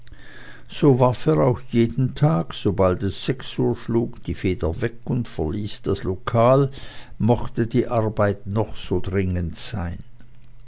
so warf er auch jeden tag sobald es sechs uhr schlug die feder weg und verließ das lokal mochte die arbeit noch so dringend sein